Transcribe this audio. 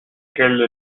qu’elle